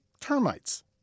termites